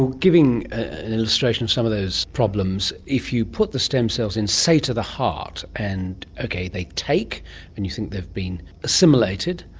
and giving an illustration of some of those problems, if you put the stem cells in, say, to the heart and they take and you think they've been assimilated,